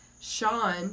Sean